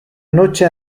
noche